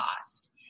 cost